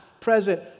present